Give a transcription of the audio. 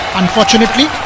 unfortunately